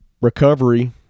recovery